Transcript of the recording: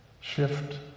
shift